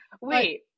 wait